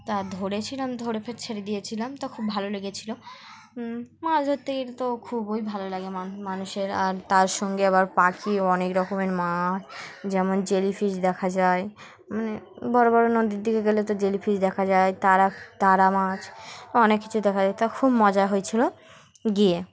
তা ধরেছিলাম ধরে ফের ছেড়ে দিয়েছিলাম তখন খুব ভালো লেগেছিলো মাছ ধরতে গেলে তো খুবই ভালো লাগে মানুষের আর তার সঙ্গে আবার পাখি অনেক রকমের মাছ যেমন জেলি ফিশ দেখা যায় মানে বড় বড়ো নদীর দিকে গেলে তো জেলি ফিশ দেখা যায় তারা তারা মাছ অনেক কিছু দেখা যায় তা খুব মজা হয়েছিলো গিয়ে